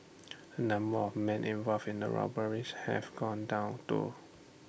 the number of men involved in the robberies have gone down though